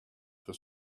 for